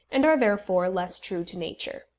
and are, therefore, less true to nature.